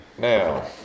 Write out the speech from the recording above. Now